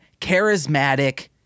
charismatic